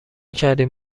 کردیم